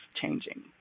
changing